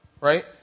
Right